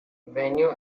venue